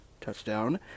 touchdown